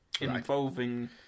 involving